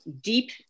deep